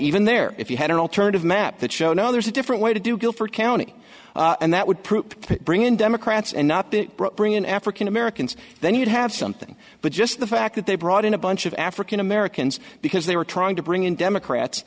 even there if you had an alternative map that show now there's a different way to do guilford county and that would prove to bring in democrats and not the bring in african americans then you'd have something but just the fact that they brought in a bunch of african americans because they were trying to bring in democrats